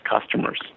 customers